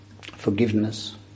forgiveness